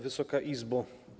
Wysoka Izbo!